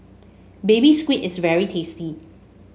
Baby Squid is very tasty